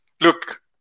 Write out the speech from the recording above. look